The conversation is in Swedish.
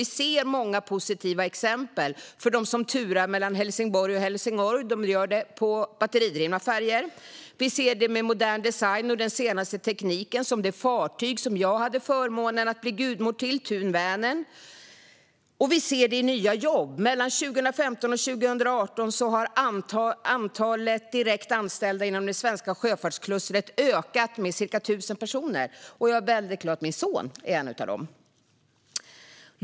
Vi ser många positiva exempel, som att de som turar mellan Helsingborg och Helsingör gör det på batteridrivna färjor. Vi ser modern design och den senaste tekniken, som på det fartyg - Thun Venern - som jag hade förmånen att bli gudmor till. Vi ser också nya jobb. Mellan 2015 och 2018 ökade antalet direkt anställda inom det svenska sjöfartsklustret med ca 1 000 personer, och jag är väldigt glad att min son är en av dem.